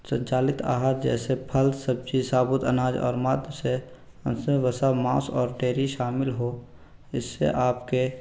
संचालित आहार जैसे फल सब्ज़ी साबुत अनाज और मात्र से उस में वसा मांस और टेरी शामिल हो इस से आप के